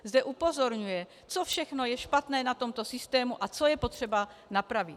Zde upozorňuje, co všechno je špatné na tomto systému a co je potřeba napravit.